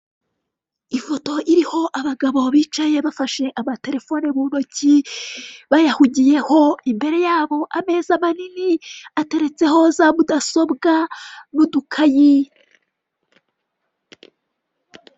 Ifoto iriho abagabo bicaye bafashe amatelefone muntoki bayahugiyeho, imbere ya bo ameza manini ateretseho za mudasobwa n'udukayi.